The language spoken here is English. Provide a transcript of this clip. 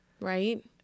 Right